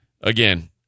again